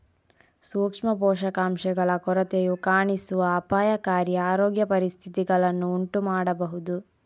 ಸೂಕ್ಷ್ಮ ಪೋಷಕಾಂಶಗಳ ಕೊರತೆಯು ಕಾಣಿಸುವ ಅಪಾಯಕಾರಿ ಆರೋಗ್ಯ ಪರಿಸ್ಥಿತಿಗಳನ್ನು ಉಂಟು ಮಾಡಬಹುದು